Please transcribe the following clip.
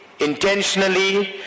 intentionally